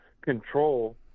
control